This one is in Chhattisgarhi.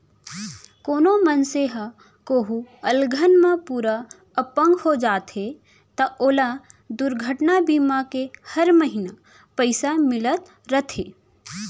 कोनों मनसे ह कोहूँ अलहन म पूरा अपंग हो जाथे त ओला दुरघटना बीमा ले हर महिना पइसा मिलत रथे